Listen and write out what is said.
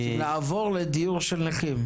רוצים לעבור לדיור של נכים?